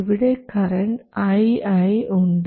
ഇവിടെ ii current ഉണ്ട്